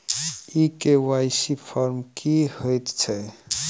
ई KYC form की हएत छै?